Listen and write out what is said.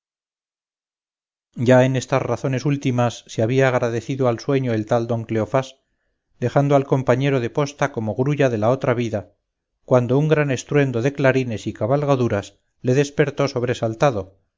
ya en estas razones últimas se había agradecido al sueño el tal don cleofás dejando al compañero de posta como grulla de la otra vida cuando un gran estruendo de clarines y cabalgaduras le despertó sobresaltado